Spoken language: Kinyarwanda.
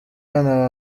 abana